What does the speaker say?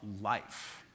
life